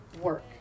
work